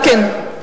חבר הכנסת אלקין,